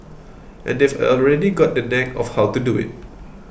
and they've already got the knack of how to do it